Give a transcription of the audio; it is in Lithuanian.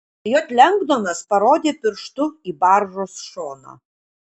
j lengdonas parodė pirštu į baržos šoną